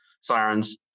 sirens